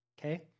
Okay